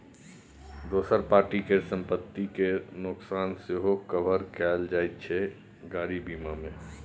दोसर पार्टी केर संपत्ति केर नोकसान सेहो कभर कएल जाइत छै गाड़ी बीमा मे